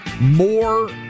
more